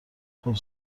خوب